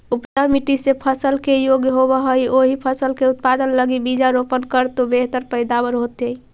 उपजाऊ मट्टी जे फसल के योग्य होवऽ हई, ओही फसल के उत्पादन लगी बीजारोपण करऽ तो बेहतर पैदावार होतइ